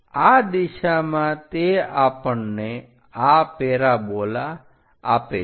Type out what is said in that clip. આ દિશામાં તે આપણને આ પેરાબોલા આપે છે